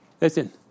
Listen